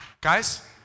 guys